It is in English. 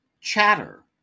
Chatter